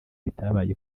bitabaye